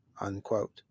unquote